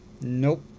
Nope